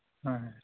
ᱦᱮᱸ